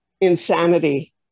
insanity